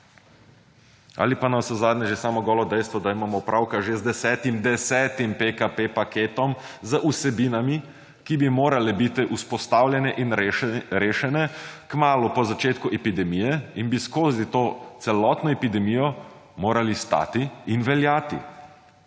Ali pa navsezadnje že samo golo dejstvo, da imamo opravka že z desetim – desetim – PKP paketom, z vsebinami, ki bi morale bit vzpostavljene in rešene kmalu po začetku epidemije in bi skozi to celotno epidemijo morali stati in veljati,